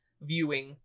viewing